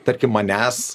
tarkim manęs